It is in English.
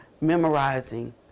memorizing